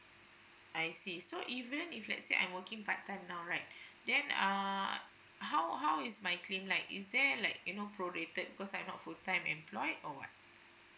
I see so even if let's say I'm working part time now right then uh how how is my claim like is there like you know prorated because I not full time employed or what